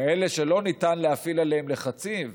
כאלה שלא ניתן להפעיל עליהם לחצים,